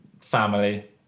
family